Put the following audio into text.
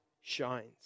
shines